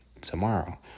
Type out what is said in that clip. tomorrow